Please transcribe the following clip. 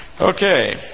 Okay